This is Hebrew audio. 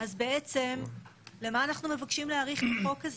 אז למה אנחנו מבקשים להאריך את החוק הזה?